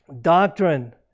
Doctrine